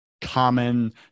common